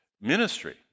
ministry